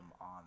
on